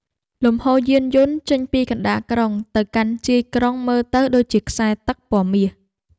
លំហូរយានយន្តចេញពីកណ្ដាលក្រុងទៅកាន់ជាយក្រុងមើលទៅដូចជាខ្សែទឹកពណ៌មាស។